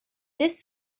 this